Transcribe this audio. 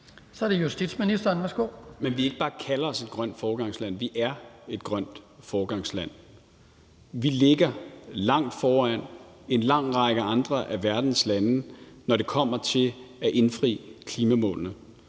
Kl. 14:55 Justitsministeren (Peter Hummelgaard): Vi ikke bare kalder os for et grønt foregangsland, vi er et grønt foregangsland. Vi ligger langt foran en lang række andre af verdens lande, når det kommer til at indfri klimamålene.